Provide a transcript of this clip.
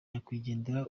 nyakwigendera